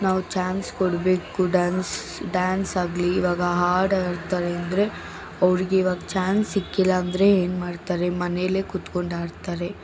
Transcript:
ನಾವು ಚಾನ್ಸ್ ಕೊಡಬೇಕು dance dance ಆಗಲಿ ಇವಾಗ ಹಾಡು ಹಾಡ್ತಾರೆಂದ್ರೆ ಅವ್ರಿಗಿವಾಗ ಚಾನ್ಸ್ ಸಿಕ್ಕಿಲ್ಲಾಂದ್ರೆ ಏನು ಮಾಡ್ತಾರೆ ಮನೇಲೆ ಕೂತ್ಕೊಂಡು ಹಾಡ್ತಾರೆ